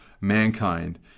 mankind